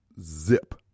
zip